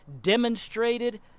demonstrated